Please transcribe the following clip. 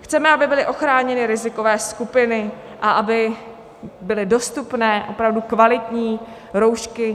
Chceme, aby byly ochráněny rizikové skupiny a aby byly dostupné opravdu kvalitní roušky.